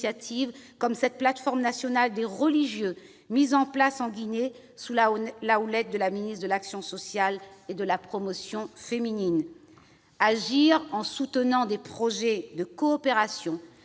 comme cette plateforme nationale des religieux mise en place en Guinée sous la houlette de la ministre de l'action sociale et de la promotion féminine, agir en soutenant des projets de coopération